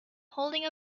holding